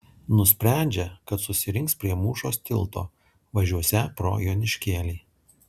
nusprendžia kad susirinks prie mūšos tilto važiuosią pro joniškėlį